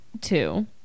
two